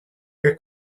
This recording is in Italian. che